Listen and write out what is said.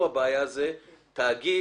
הבעיה היא תאגיד